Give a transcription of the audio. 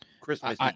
christmas